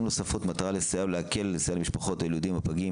נוספות להקל ולסייע למשפחות הילודים והפגים,